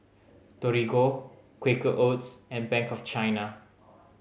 Torigo Quaker Oats and Bank of China